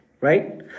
right